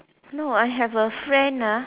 no I have a friend ah